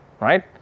right